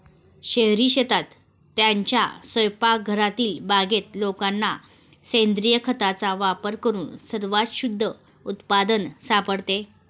शहरी शेतीत, त्यांच्या स्वयंपाकघरातील बागेत लोकांना सेंद्रिय खताचा वापर करून सर्वात शुद्ध उत्पादन सापडते